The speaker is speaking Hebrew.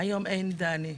היום אין דני.